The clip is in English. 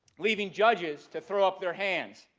leaving judges to throw up their hands.